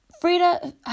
Frida